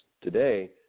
Today